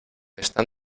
están